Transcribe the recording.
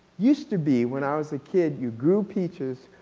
used to be when i was a kid you grew peaches,